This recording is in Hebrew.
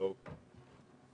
ידועה ומוכרת.